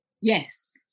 Yes